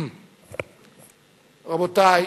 רבותי,